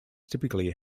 typically